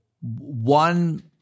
one